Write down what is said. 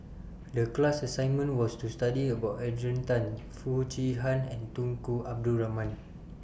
The class assignment was to study about Adrian Tan Foo Chee Han and Tunku Abdul Rahman